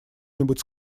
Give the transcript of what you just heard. нибудь